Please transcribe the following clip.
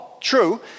true